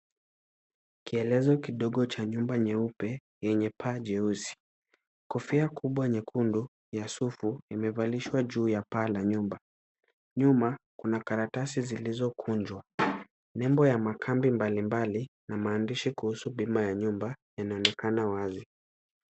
Kielezo kidogo cha nyumba nyeupe yenye paa jeusi. Kofia kubwa nyekundu ya sufu imevalishwa juu ya paa la nyumba. Nyuma kuna karatasi zilizokunjwa . Nembo ya makambi mbalimbali na maandishi kuhusu bima ya nyumba yanaonekana wazi.